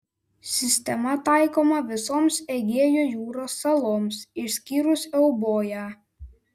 sistema taikoma visoms egėjo jūros saloms išskyrus euboją